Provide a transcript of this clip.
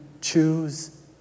choose